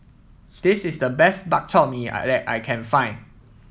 this is the best Bak Chor Mee I that I can find